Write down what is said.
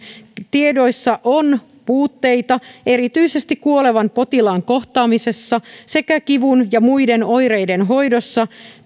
tiedoissa on puutteita erityisesti kuolevan potilaan kohtaamisessa sekä kivun ja muiden oireiden hoidossa